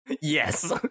Yes